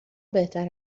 بهتر